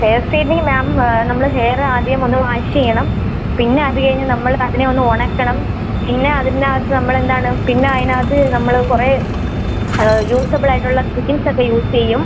hair straightening ma'am നമ്മള് hair ആദ്യം ഒന്ന് വാഷ് ചെയ്യണം പിന്നെ അത് കഴിഞ്ഞ് നമ്മൾ അതിനെ ഒന്ന് ഉണക്കണം പിന്നെ അതിനകത്ത് നമ്മൾ എന്താണ് പിന്നെ അതിനകത്ത് നമ്മള് കുറേ യൂസബിൾ ആയിട്ടുള്ള ഒക്കെ യൂസ് ചെയ്യും